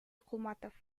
кулматов